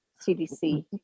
CDC